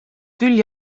küll